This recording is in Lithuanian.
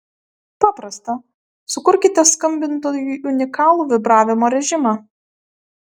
paprasta sukurkite skambintojui unikalų vibravimo režimą